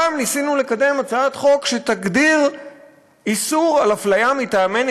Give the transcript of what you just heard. הפעם ניסינו לקדם הצעת חוק שתגדיר איסור הפליה מטעמי